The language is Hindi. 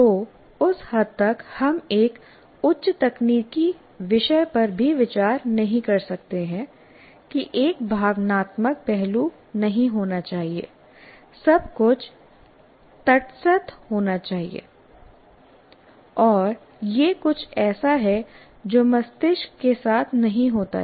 तो उस हद तक हम एक उच्च तकनीकी विषय पर भी विचार नहीं कर सकते हैं कि एक भावनात्मक पहलू नहीं होना चाहिए सब कुछ तटस्थ होना चाहिए और यह कुछ ऐसा है जो मस्तिष्क के साथ नहीं होता है